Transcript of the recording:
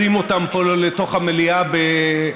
עד עכשיו מעיזים אותם פה לתוך המליאה בכוח.